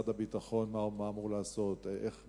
מה אמור לעשות משרד הביטחון?